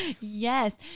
Yes